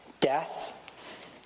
death